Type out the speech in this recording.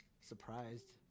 surprised